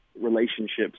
relationships